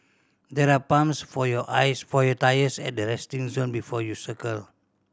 there are pumps for your eyes for your tyres at the resting zone before you cycle